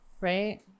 right